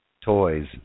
toys